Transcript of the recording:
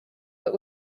but